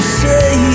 say